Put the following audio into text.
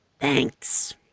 Thanks